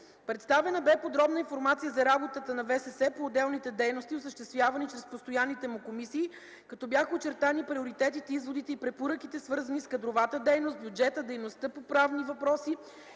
Представена бе подробна информация за работата на ВСС по отделните дейности, осъществявани чрез постоянните му комисии, като бяха очертани приоритетите, изводите и препоръките, свързани с кадровата дейност, бюджета, дейността по правни въпроси